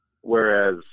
Whereas